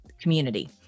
community